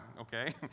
okay